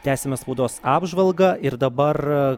tęsiame spaudos apžvalgą ir dabar